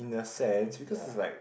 mm hmm ya